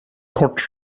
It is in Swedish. kort